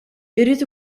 jrid